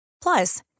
Plus